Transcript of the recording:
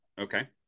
Okay